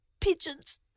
pigeons